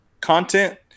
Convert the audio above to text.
content